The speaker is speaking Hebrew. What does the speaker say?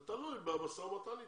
זה תלוי במשא ומתן איתם.